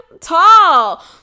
tall